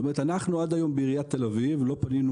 אנחנו עד היום בעיריית תל אביב לא פנינו